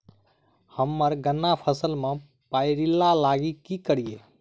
हम्मर गन्ना फसल मे पायरिल्ला लागि की करियै?